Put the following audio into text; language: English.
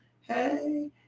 Hey